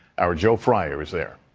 our joe fryer is there.